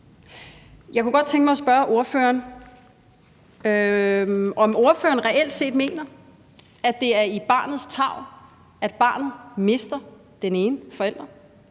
Jeg kunne godt tænke mig at spørge ordføreren, om ordføreren reelt set mener, at det er i barnets tarv, at barnet mister den ene forælder.